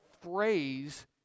phrase